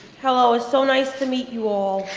hello, it's so nice to meet you all.